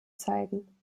zeigen